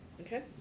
Okay